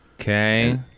okay